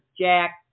Jack